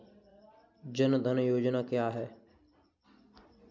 जनधन योजना क्या है?